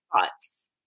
thoughts